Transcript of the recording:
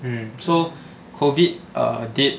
um so COVID err date